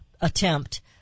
attempt